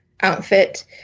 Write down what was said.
outfit